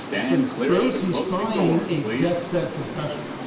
so he is basically signing a death bed confession.